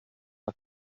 das